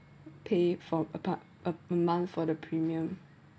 pay for about a month for the premium